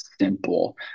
simple